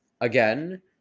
again